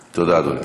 תודה, אדוני.